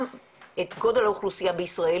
גם את גודל האוכלוסיה בישראל.